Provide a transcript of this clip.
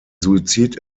suizid